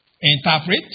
interpret